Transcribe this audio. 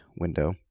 window